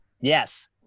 Yes